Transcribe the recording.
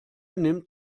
nimmt